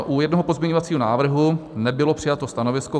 U jednoho pozměňovacího návrhu nebylo přijato stanovisko.